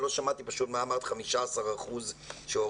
לא שמעתי מה אמרת לגבי 15% שהורידו,